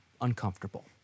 uncomfortable